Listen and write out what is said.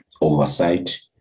oversight